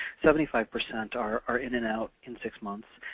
seventy five percent are are in and out in six months,